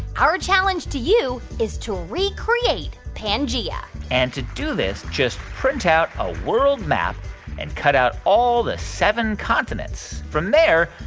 our challenge to you is to recreate pangaea and to do this, just print out a world map and cut out all the seven continents. from there,